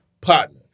partner